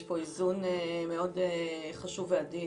יש פה איזון מאוד חשוב ועדין